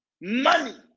money